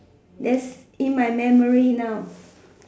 that's in my memory now